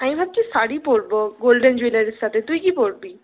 আমি ভাবছি শাড়ি পরবো গোল্ডেন জুয়েলারীর সাথে তুই কী পরবি